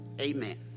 Amen